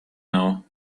now